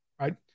right